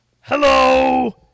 Hello